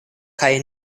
kaj